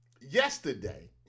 yesterday